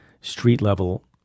street-level